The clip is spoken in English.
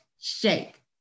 shake